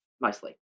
mostly